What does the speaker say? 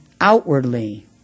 outwardly